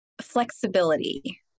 flexibility